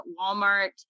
Walmart